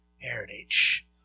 heritage